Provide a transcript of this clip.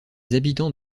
habitants